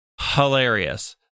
Hilarious